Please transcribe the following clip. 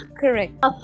correct